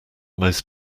most